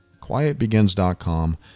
quietbegins.com